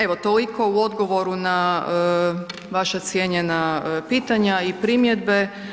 Evo toliko u odgovoru na vaša cijenjena pitanja i primjedbe.